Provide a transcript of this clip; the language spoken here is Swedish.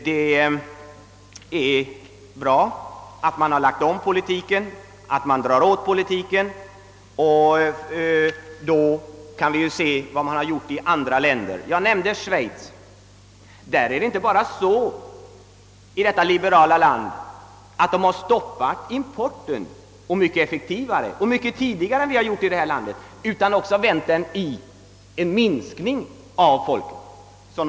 Det är bra att man har lagt om politiken och nu stramar åt tyglarna. I Schweiz, detta liberala land, har man inte bara stoppat importen, till och med mycket effektivare och på ett tidigare stadium än vi gjort här i landet, utan man har också vänt den i en minskning av antalet utländska arbetare.